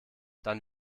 dann